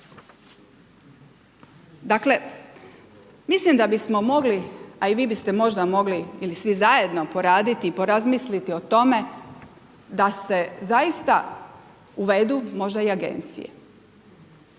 dakle mislim da bismo mogli a i vi biste možda mogli ili svi zajedno poraditi i porazmisliti o tome da se zaista uvedu možda i agencije,